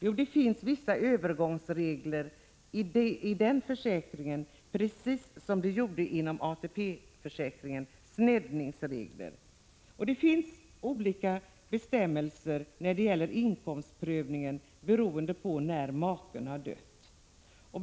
Jo, det finns vissa övergångsregler för änkepensionerna, precis som det inom ATP-systemet finns sneddningsregler. Det finns bestämmelser när det gäller inkomstprövningen som slår olika beroende på när maken har dött.